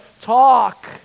talk